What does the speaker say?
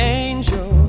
angel